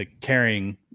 carrying